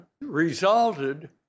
resulted